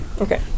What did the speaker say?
Okay